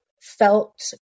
felt